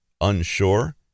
unsure